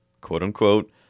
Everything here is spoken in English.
quote-unquote